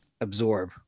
absorb